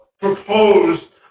proposed